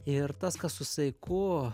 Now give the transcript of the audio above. ir tas kas su saiku